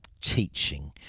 teaching